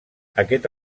aquest